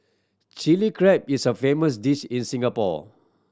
Chilli Crab is a famous dish in Singapore